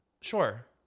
Sure